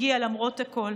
הגיע למרות הכול.